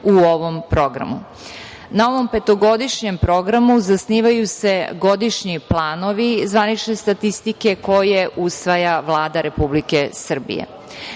u ovom programu. Na ovom petogodišnjem programu zasnivaju se godišnji planovi zvanične statistike koje usvaja Vlada Republike